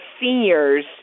seniors